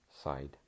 side